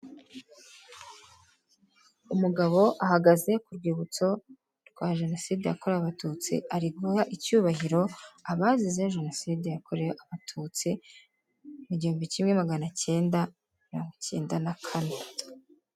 Umugabo ahagaze ku rwibutso rwa jenoside yakorewe abatutsi, ari guha icyubahiro abazize jenoside yakorewe abatutsi mu gihumbi kimwe magana cyenda mirongo cyenda na kane.